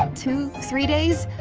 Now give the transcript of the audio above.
um two, three days?